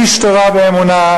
איש תורה ואמונה,